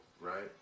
right